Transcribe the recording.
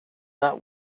that